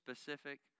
specific